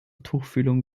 tuchfühlung